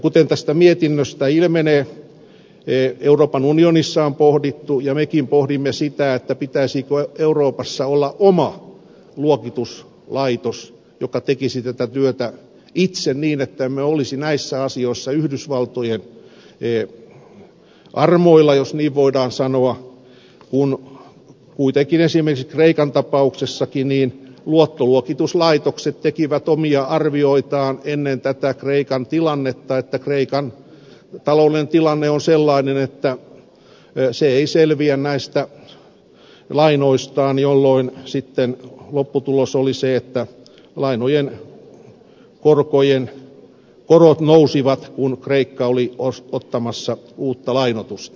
kuten tästä mietinnöstä ilmenee euroopan unionissa on pohdittu ja mekin pohdimme sitä pitäisikö euroopassa olla oma luokituslaitos joka tekisi tätä työtä itse niin että emme olisi näissä asioissa yhdysvaltojen armoilla jos niin voidaan sanoa kun kuitenkin esimerkiksi kreikan tapauksessakin luottoluokituslaitokset tekivät ennen kreikan tilannetta omia arvioitaan että kreikan taloudellinen tilanne on sellainen että se ei selviä näistä lainoistaan jolloin sitten lopputulos oli se että lainojen korot nousivat kun kreikka oli ottamassa uutta lainotusta